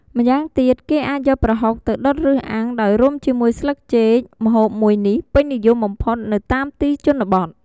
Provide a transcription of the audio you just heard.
ម្យ៉ាងទៀតគេអាចយកប្រហុកទៅដុតឬអាំងដោយរុំជាមួយស្លឹកចេក ម្ហូបមួយនេះពេញនិយមបំផុតនៅតាមទីជនបទ។